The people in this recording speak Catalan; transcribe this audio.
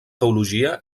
teologia